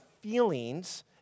feelings